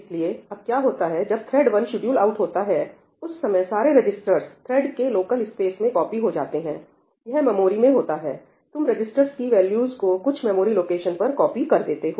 इसलिए अब क्या होता है कि जब थ्रेड 1 शेड्यूल्ड आउट होता है उस समय सारे रजिस्टर्स थ्रेड के लोकल स्पेस में कॉपी हो जाते हैं यह मेमोरी में होता है तुम रजिस्टर्स की वैल्यूस को कुछ मेमोरी लोकेशन पर कॉपी कर देते हो